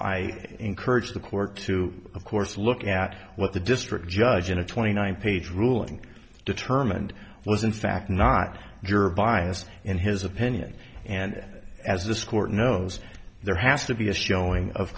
i encourage the court to of course look at what the district judge in a twenty nine page ruling determined was in fact not juror bias in his opinion and as this court knows there has to be a showing of